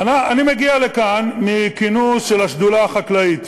אני מגיע לכאן מכינוס של השדולה החקלאית.